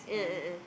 a'ah a'ah